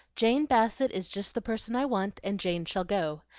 jane bassett is just the person i want, and jane shall go.